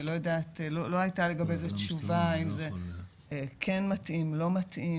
אני לא יודעת - לא הייתה לגבי זה תשובה אם זה כן מתאים או לא מתאים,